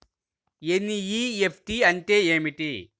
NEFT అంటే ఏమిటీ?